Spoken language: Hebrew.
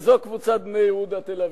וזאת קבוצת "בני יהודה תל-אביב".